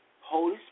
Holy